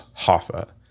Hoffa